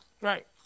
Right